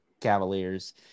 Cavaliers